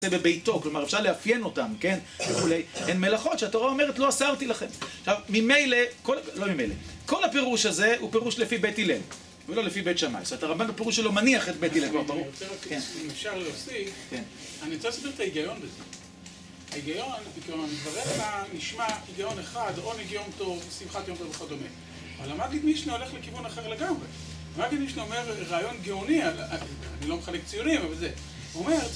זה בביתו. כלומר, אפשר לאפיין אותם, כן? וכולי. הן מלאכות שהתורה אומרת לא אסרתי לכם. עכשיו, ממילא כל, לא ממילא, כל הפירוש הזה הוא פירוש לפי בית הלל, ולא לפי בית שמאי. זאת אומרת, הרמב"ן בפירוש שלו מניח את בית הלל. כבר ברור. אם אפשר להוסיף, אני רוצה להסביר את ההיגיון בזה. ההיגיון... מדבריך נשמע היגיון אחד עונג יום טוב ושמחת יום טוב וכדומה. אבל המיגד משנה הולך לכיוון אחר לגמרי. המגיד משנה אומר רעיון גאוני. אני לא מחלק ציונים, אבל זה.